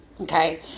okay